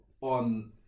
on